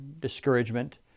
discouragement